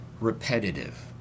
repetitive